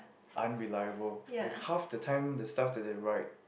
unreliable like half the time the stuff that they write